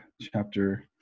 chapter